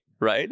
right